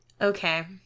Okay